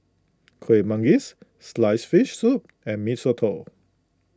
Kueh Manggis Sliced Fish Soup and Mee Soto